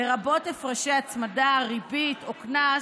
לרבות הפרשי הצמדה, ריבית או קנס,